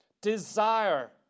desire